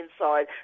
inside